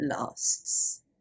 lasts